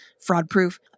fraud-proof